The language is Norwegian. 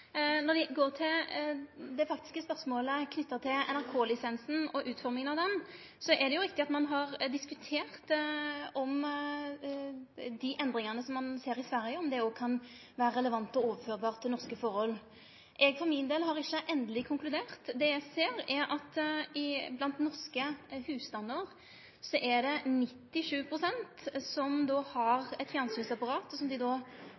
Når det gjeld det faktiske spørsmålet knytt til NRK-lisensen og utforminga av han, er det riktig at ein har diskutert om dei endringane som ein ser i Sverige, òg kan vere relevante og overførbare til norske forhold. Eg for min del har ikkje endeleg konkludert. Det eg ser, er at det blant norske husstandar er 97 pst. som har eit fjernsynsapparat, som dei